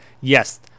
Yes